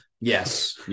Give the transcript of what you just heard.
Yes